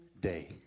day